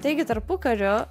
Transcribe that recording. taigi tarpukariu